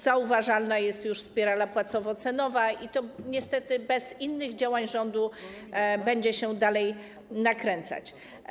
Zauważalna jest już spirala płacowo-cenowa - i to niestety bez innych działań rządu będzie się dalej nakręcać.